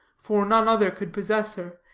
for none other could possess her,